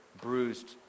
bruised